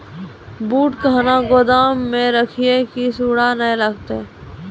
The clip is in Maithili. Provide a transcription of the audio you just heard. बूट कहना गोदाम मे रखिए की सुंडा नए लागे?